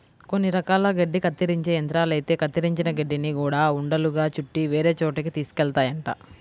కొన్ని రకాల గడ్డి కత్తిరించే యంత్రాలైతే కత్తిరించిన గడ్డిని గూడా ఉండలుగా చుట్టి వేరే చోటకి తీసుకెళ్తాయంట